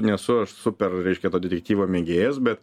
nesu aš super reiškia to detektyvo mėgėjas bet